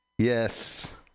Yes